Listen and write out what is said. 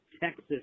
Texas